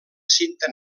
cinta